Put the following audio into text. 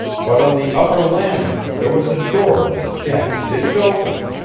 but on the upper landing there was a door that jack didn't open.